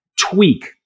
tweak